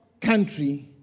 country